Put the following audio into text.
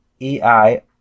ei